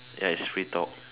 ya is free talk